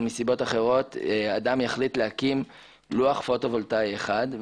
אחרות אדם יחליט להקים לוח פוטו וולטאי אחד,